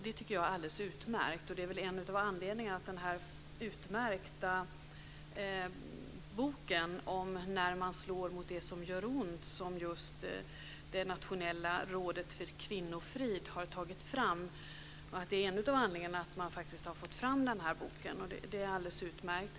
Det tycker jag är alldeles utmärkt, och det är väl en av anledningarna bakom den utmärkta boken När man slår mot det som gör ont, som Nationella rådet för kvinnofrid har tagit fram. Det är en av anledningarna till att man har tagit fram den boken. Det är alldeles utmärkt.